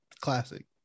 Classic